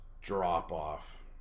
drop-off